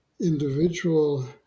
individual